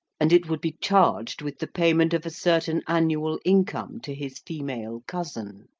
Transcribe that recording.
and it would be charged with the payment of a certain annual income to his female cousin.